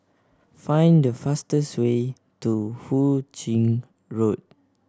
find the fastest way to Hu Ching Road